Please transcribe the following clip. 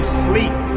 sleep